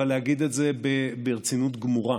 אבל להגיד את זה ברצינות גמורה.